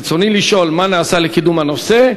רצוני לשאול: 1. מה נעשה לקידום הנושא?